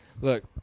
Look